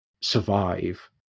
survive